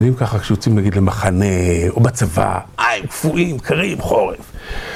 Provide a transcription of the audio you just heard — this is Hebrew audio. נהנים ככה כשהוצאים נגיד למחנה או בצבא, איים כפויים, קרים, חורף.